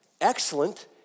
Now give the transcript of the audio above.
Excellent